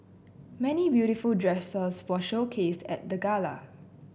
many beautiful dresses were showcased at the gala